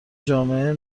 جامعه